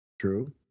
True